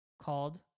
called